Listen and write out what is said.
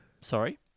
sorry